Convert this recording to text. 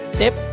tip